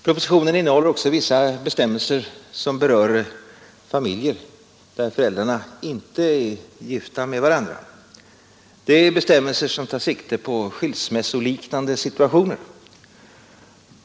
Propositionen innehåller också vissa bestämmelser som berör familjer där föräldrarna inte är gifta med varandra. Det är bestämmelser som tar sikte på skilsmässoliknande situationer.